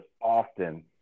often